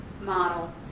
model